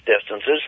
distances